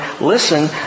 Listen